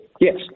yes